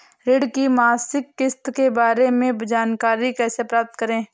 ऋण की मासिक किस्त के बारे में जानकारी कैसे प्राप्त करें?